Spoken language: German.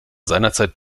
seinerzeit